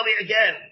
again